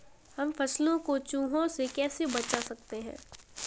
हम फसलों को चूहों से कैसे बचा सकते हैं?